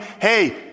hey